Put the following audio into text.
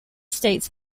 states